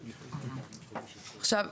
לכן,